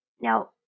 Now